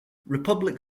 republic